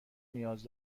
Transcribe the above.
نیاز